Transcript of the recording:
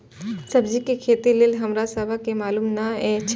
सब्जी के खेती लेल हमरा सब के मालुम न एछ?